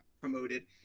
promoted